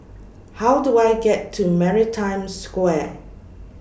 How Do I get to Maritime Square